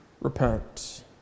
repent